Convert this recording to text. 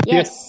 Yes